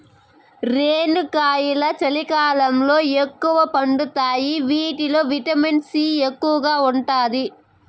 రేణిగాయాలు చలికాలంలో ఎక్కువగా పండుతాయి వీటిల్లో విటమిన్ సి ఎక్కువగా ఉంటాది